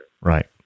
Right